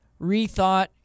rethought